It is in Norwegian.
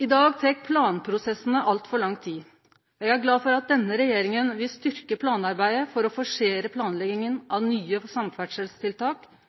I dag tek planprosessane altfor lang tid. Eg er glad for at denne regjeringa vil styrke planarbeidet for å forsere